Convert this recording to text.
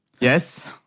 Yes